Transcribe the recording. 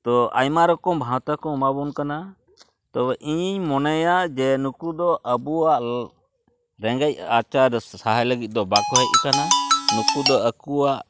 ᱛᱚ ᱟᱭᱢᱟ ᱨᱚᱠᱚᱢ ᱵᱷᱟᱸᱣᱛᱟ ᱠᱚ ᱮᱢᱟᱵᱚᱱ ᱠᱟᱱᱟ ᱛᱚᱵᱮ ᱤᱧᱤᱧ ᱢᱚᱱᱮᱭᱟ ᱡᱮ ᱱᱩᱠᱩᱫᱚ ᱟᱵᱚᱣᱟᱜ ᱞᱟ ᱨᱮᱸᱜᱮᱡ ᱟᱪᱟᱨ ᱥᱟᱦᱟᱭ ᱞᱟᱹᱜᱤᱫ ᱫᱚ ᱵᱟᱠᱚ ᱦᱮᱡ ᱟᱠᱟᱱᱟ ᱱᱩᱠᱩᱫᱚ ᱟᱠᱚᱣᱟᱜ